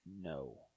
No